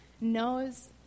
knows